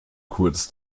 kurz